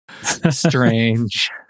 Strange